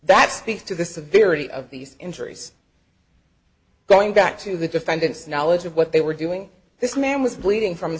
that speaks to the severity of these injuries going back to the defendant's knowledge of what they were doing this man was bleeding from